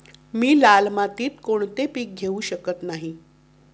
मी लाल मातीत कोणते पीक घेवू शकत नाही?